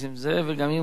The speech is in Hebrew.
ואם גם הוא לא יהיה,